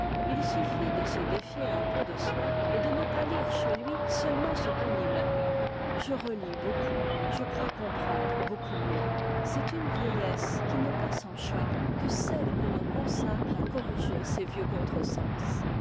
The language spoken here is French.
il suffit de se défier un peu de soi et de ne pas lire chez lui seulement ce qu'on y met je relis beaucoup je crois comprendre beaucoup mieux c'est une vieillesse qui n'est pas sans charme que celle que l'on consacre à corriger ses vieux contresens